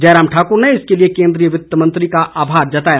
जयराम ठाकुर ने इसके लिए केंद्रीय वित्त मंत्री का आभार जताया